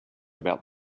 about